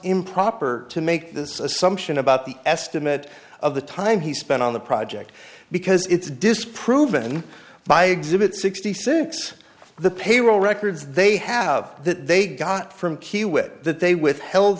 improper to make this assumption about the estimate of the time he spent on the project because it's disproven by exhibit sixty six the payroll records they have that they got from kiewit that they withheld